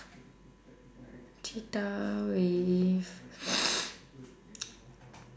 cheetah with